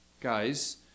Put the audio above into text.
guys